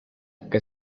que